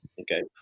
Okay